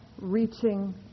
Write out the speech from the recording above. reaching